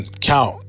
count